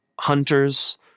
hunters